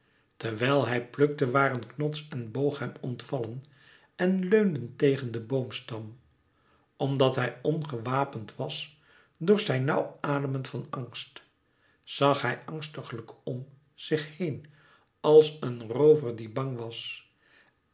terwijl hij plukte waren knots en boog hem ontvallen en leunden tegen den boomstam omdat hij ongewapend was dorst hij nauw ademen van angst zag hij angstiglijk om zich heen als een roover die bang was